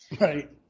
Right